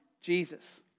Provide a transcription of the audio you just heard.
Jesus